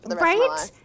Right